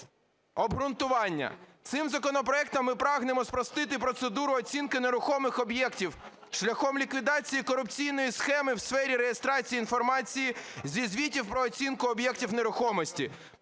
Обґрунтування: цим законопроектом ми прагнемо спростити процедуру оцінки нерухомих об'єктів шляхом ліквідації корупційної схеми в сфері реєстрації інформації зі звітів про оцінку об'єктів нерухомості